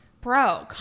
bro